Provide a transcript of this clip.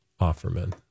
Offerman